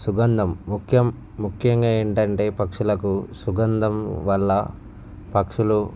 సుగంధం ముఖ్యం ముఖ్యంగా ఏంటంటే పక్షులకు సుగంధం వల్ల పక్షులు